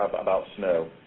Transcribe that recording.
about snow.